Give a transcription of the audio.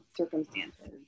circumstances